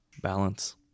balance